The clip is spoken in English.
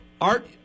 Art